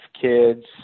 kids –